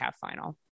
final